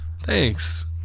thanks